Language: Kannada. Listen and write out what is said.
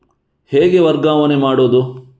ಹೇಗೆ ವರ್ಗಾವಣೆ ಮಾಡುದು?